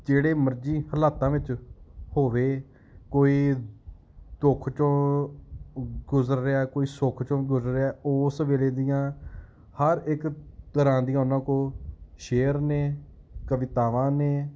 ਜਿਹੜੇ ਮਰਜ਼ੀ ਹਾਲਾਤਾਂ ਵਿੱਚ ਹੋਵੇ ਕੋਈ ਦੁੱਖ 'ਚੋਂ ਗੁਜ਼ਰ ਰਿਹਾ ਕੋਈ ਸੁੱਖ 'ਚੋਂ ਗੁਜ਼ਰ ਰਿਹਾ ਉਸ ਵੇਲੇ ਦੀਆਂ ਹਰ ਇੱਕ ਤਰ੍ਹਾਂ ਦੀਆਂ ਉਹਨਾਂ ਕੋਲ ਸ਼ੇਅਰ ਨੇ ਕਵਿਤਾਵਾਂ ਨੇ